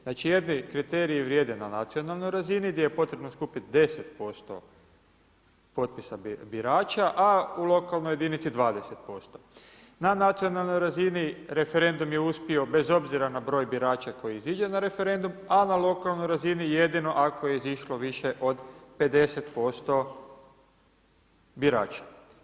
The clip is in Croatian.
Znači jedni kriteriji vrijede nacionalnoj razini gdje je potrebno skupiti 10% potpisa birača a u lokalnoj jedinici 20%, na nacionalnoj razini referendum je uspio bez obzira na broj birača koji iziđe na referendum a na lokalnoj razini jedino ako je izišlo više od 50% birača.